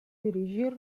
dirigir